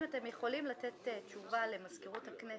אם אתם יכולים לתת תשובה למזכירות הכנסת.